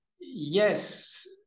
yes